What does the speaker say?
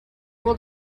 will